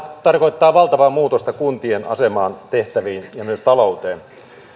tarkoittaa valtavaa muutosta kuntien asemaan tehtäviin ja myös talouteen